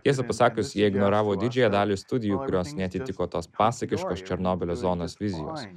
tiesą pasakius jie ignoravo didžiąją dalį studijų kurios neatitiko tos pasakiškos černobylio zonos vizijos